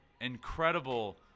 incredible